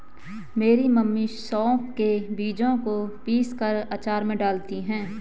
मेरी मम्मी सौंफ के बीजों को पीसकर अचार में डालती हैं